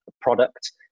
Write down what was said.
Product